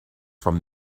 from